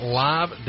live